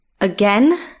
Again